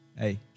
Hey